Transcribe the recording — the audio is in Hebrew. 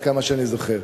עד כמה שאני זוכר.